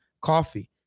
coffee